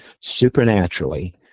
supernaturally